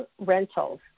rentals